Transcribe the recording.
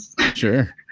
Sure